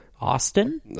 Austin